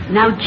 Now